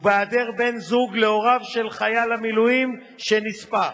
ובהיעדר בן-זוג, להוריו של חייל המילואים שנספה,